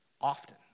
often